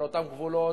על אותם גבולות,